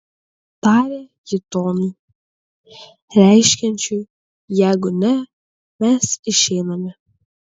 tarė ji tonu reiškiančiu jeigu ne mes išeiname